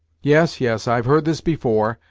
yes yes, i've heard this before,